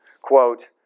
Quote